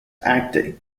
acting